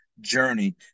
journey